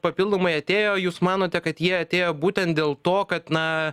papildomai atėjo jūs manote kad jie atėjo būtent dėl to kad na